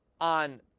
on